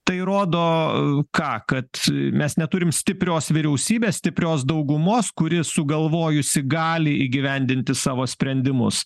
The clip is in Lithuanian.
tai rodo ką kad mes neturim stiprios vyriausybės stiprios daugumos kuri sugalvojusi gali įgyvendinti savo sprendimus